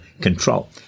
control